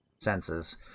senses